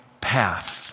path